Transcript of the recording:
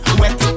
wet